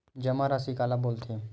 जमा राशि काला बोलथे?